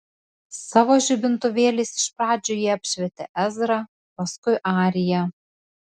savo žibintuvėliais iš pradžių jie apšvietė ezrą paskui ariją